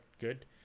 good